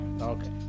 okay